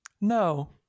No